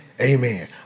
amen